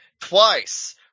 twice